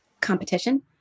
competition